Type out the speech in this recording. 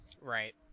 Right